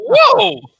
whoa